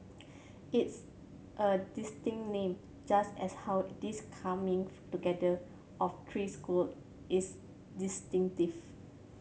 it's a distinctive name just as how this coming together of three school is distinctive